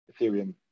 Ethereum